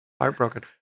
heartbroken